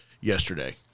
yesterday